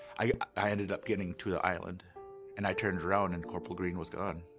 i ended up getting to the island and i turned around and corporal greene was gone.